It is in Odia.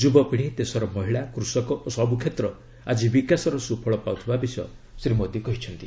ଯୁବପିଢ଼ି ଦେଶର ମହିଳା କୃଷକ ଓ ସବୁକ୍ଷେତ୍ର ଆଜି ବିକାଶର ସ୍ତ୍ରଫଳ ପାଉଥିବା ବିଷୟ ଶ୍ରୀ ମୋଦି କହିଛନ୍ତି